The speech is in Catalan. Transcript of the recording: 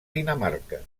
dinamarca